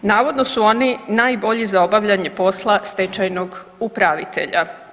Navodno su oni najbolji za obavljanje posla stečajnog upravitelja.